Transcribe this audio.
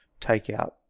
takeout